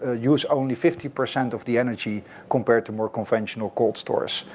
ah use only fifty percent of the energy compared to more conventional cold storage.